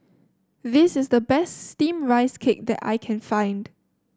this is the best steamed Rice Cake that I can find